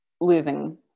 losing